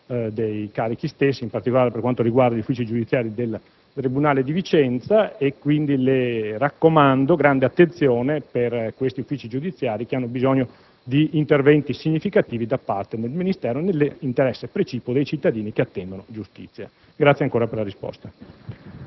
dei carichi stessi, in particolare per quanto riguarda gli uffici giudiziari del tribunale di Vicenza. Quindi le raccomando grande attenzione per questi uffici giudiziari che hanno bisogno di interventi significativi da parte del Ministero nell'interesse precipuo dei cittadini che attendono giustizia.